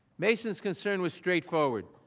masons concern was straightforward,